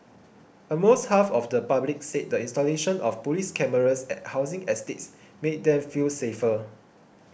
almost half of the public said the installation of police cameras at housing estates made them feel safer